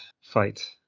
fight